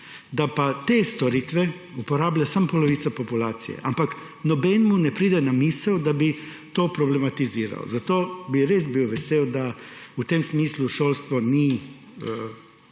da pa te storitve uporablja samo polovica populacije, ampak nobenemu ne pride na misel, da bi to problematiziral. Zato bi res bil vesel, da v tem smislu šolstvo ni